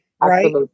right